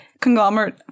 Conglomerate